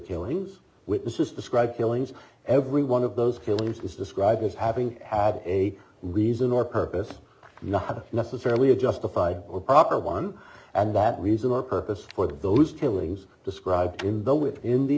killings witnesses describe killings every one of those killings is described as having had a reason or purpose not necessarily a justified or proper one and that reason or purpose for those killings described in the within the